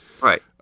Right